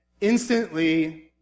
instantly